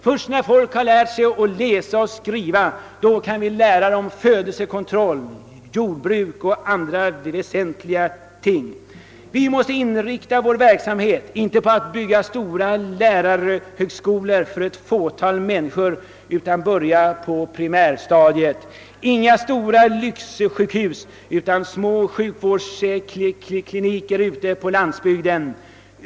Först när folk lärt sig läsa och skriva kan vi lära dem födelse | kontroll, jordbruk och andra väsentliga ting för att undgå fattigdom. Vi bör inte inrikta vår verksamhet på att t.ex. bygga stora lärarhögskolor för ett fåtal människor, utan vi måste börja på primärstadiet. Vi får inte bygga några stora lyxsjukhus, utan vi bör inrätta små kliniker ute på landsbygden.